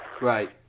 Right